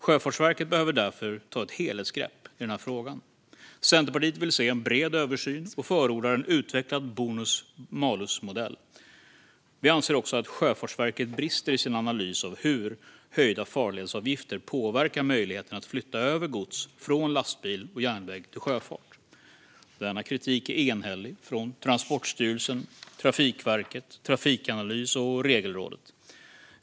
Sjöfartsverket behöver därför ta ett helhetsgrepp i den här frågan. Centerpartiet vill se en bred översyn och förordar en utvecklad bonus-malus-modell. Vi anser också att Sjöfartsverket brister i sin analys av hur höjda farledsavgifter påverkar möjligheten att flytta över gods från lastbil och järnväg till sjöfart. Denna kritik är enhällig från Transportstyrelsen, Trafikverket, Trafikanalys och Regelrådet.